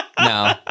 No